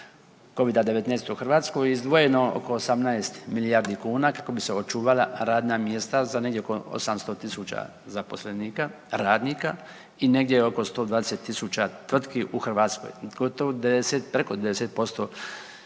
Covida-19 u Hrvatskoj, izdvojeno oko 18 milijardi kuna kako bi se očuvala radna mjesta za negdje oko 800 tisuća zaposlenika, radnika i negdje oko 120 tisuća tvrtki u Hrvatskoj. Gotovo 10, preko 10% svih